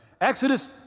Exodus